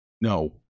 No